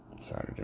Saturday